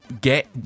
get